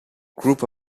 group